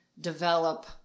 develop